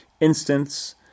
instance